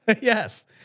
Yes